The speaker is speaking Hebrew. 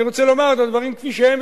אני רוצה לומר את הדברים כפי שהם,